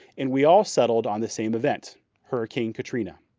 and we all settled on the same event hurricane katrina.